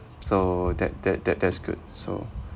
so that that that that's good so